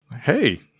hey